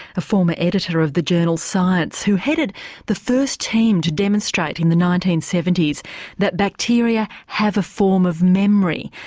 a former editor of the journal science, who headed the first team to demonstrate in the nineteen seventy s that bacteria have a form of memory.